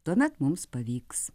tuomet mums pavyks